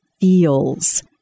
feels